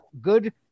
good